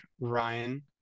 Ryan